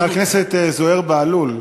חבר הכנסת זוהיר בהלול,